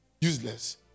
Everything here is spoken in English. useless